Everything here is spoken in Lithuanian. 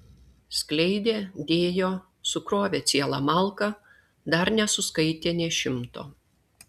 skleidė dėjo sukrovė cielą malką dar nesuskaitė nė šimto